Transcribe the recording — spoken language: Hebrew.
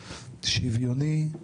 שוויוני,